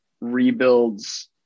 rebuilds